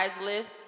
list